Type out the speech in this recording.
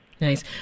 Nice